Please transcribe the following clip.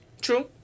True